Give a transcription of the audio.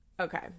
Okay